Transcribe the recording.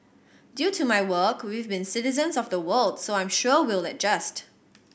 due to my work we've been citizens of the world so I'm sure we'll adjust